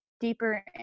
deeper